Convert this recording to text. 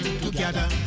together